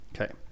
Okay